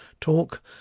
Talk